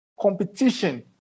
competition